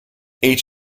eight